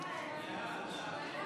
אנחנו עוברים להסתייגות